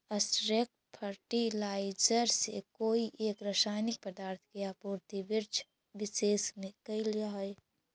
straight fertiliser से कोई एक रसायनिक पदार्थ के आपूर्ति वृक्षविशेष में कैइल जा हई